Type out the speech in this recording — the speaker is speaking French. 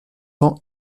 ans